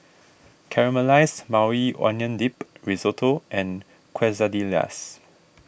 Caramelized Maui Onion Dip Risotto and Quesadillas